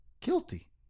guilty